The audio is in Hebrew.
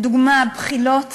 לדוגמה: בחילות,